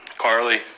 Carly